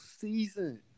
season